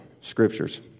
scriptures